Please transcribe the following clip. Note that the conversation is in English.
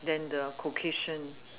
then the Caucasian